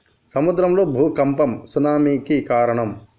సముద్రం లో భూఖంపం సునామి కి కారణం